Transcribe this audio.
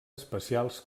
especials